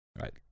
Right